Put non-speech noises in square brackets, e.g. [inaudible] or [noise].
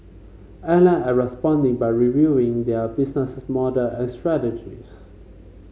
airline are responding by reviewing their business model [unintelligible] strategies